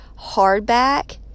hardback